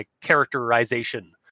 characterization